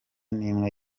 n’imwe